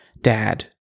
dad